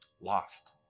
Lost